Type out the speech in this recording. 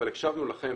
אבל אפשרנו לכם,